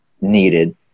needed